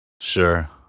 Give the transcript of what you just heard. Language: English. Sure